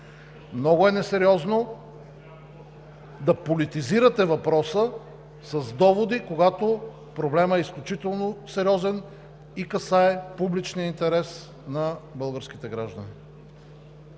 Много е несериозно да политизирате въпроса с доводи, когато проблемът е изключително сериозен и касае публичния интерес на българските граждани.